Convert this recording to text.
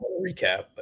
recap